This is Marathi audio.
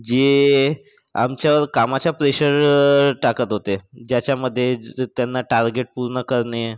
जे आमच्यावर कामाचा प्लेशर टाकत होते ज्याच्यामध्ये त्यांना टार्गेट पूर्ण करणे